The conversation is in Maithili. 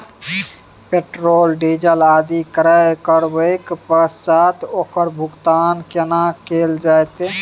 पेट्रोल, डीजल आदि क्रय करबैक पश्चात ओकर भुगतान केना कैल जेतै?